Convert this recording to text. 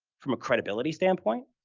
from a credibility standpoint,